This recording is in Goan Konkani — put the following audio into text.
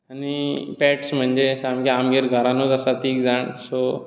आनी पॅट्स म्हणजें सामकें आमगेर घरानूच आसा तीग जाण सो